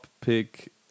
pick